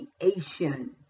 creation